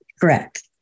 Correct